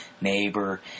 neighbor